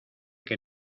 que